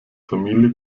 familie